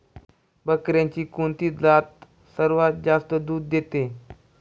बकऱ्यांची कोणती जात सर्वात जास्त दूध देते?